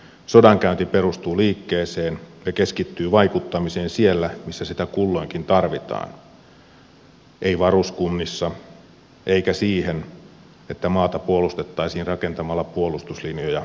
sodankäynti perustuu liikkeeseen ja keskittyy vaikuttamiseen siellä missä sitä kulloinkin tarvitaan ei varuskunnissa eikä siihen että maata puolustettaisiin rakentamalla puolustuslinjoja ympäri suomen